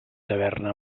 taverna